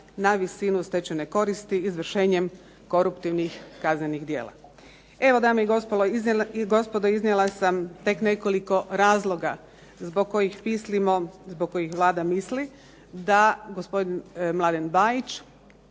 na visinu stečene koristi izvršenjem koruptivnih kaznenih djela. Evo dame i gospodo iznijela sam tek nekoliko razloga zbog kojih mislimo, zbog kojih Vlada misli da gospodin Mladen Bajić